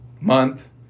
month